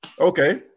Okay